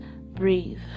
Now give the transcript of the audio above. breathe